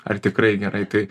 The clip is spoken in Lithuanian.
ar tikrai gerai tai